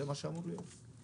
זה מה שאמור להיות.